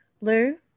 Lou